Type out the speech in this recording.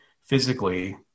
physically